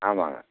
ஆமாங்க